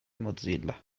mozilla